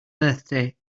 birthday